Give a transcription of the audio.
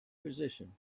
position